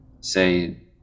say